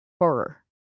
horror